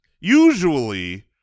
usually